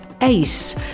ACE